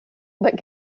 but